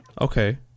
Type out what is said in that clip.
Okay